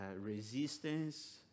resistance